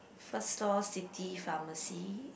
first store city pharmacy